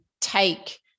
take